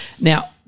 Now